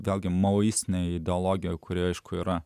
vėlgi manau jis ne ideologija kuri aišku yra